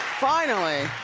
finally,